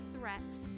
threats